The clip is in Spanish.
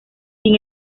sin